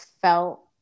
felt